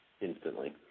instantly